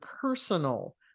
personal